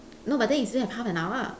no but then you still have half an hour